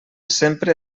sempre